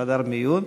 בחדר מיון.